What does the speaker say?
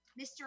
Mr